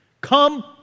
come